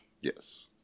Yes